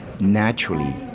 naturally